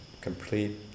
complete